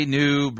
new